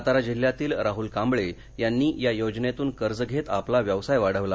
सातारा जिल्ह्यातील राहुल कांबळे यांनी या योजनेतून कर्ज घेत आपला व्यवसाय वाढवला